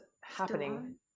happening